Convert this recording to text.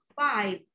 five